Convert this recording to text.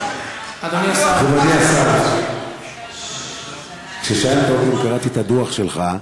אדוני השר, כששאלת אותי אם קראתי את הדוח שלך,